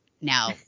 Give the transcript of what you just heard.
now